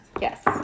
Yes